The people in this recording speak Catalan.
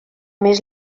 més